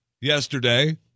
yesterday